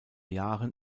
jahren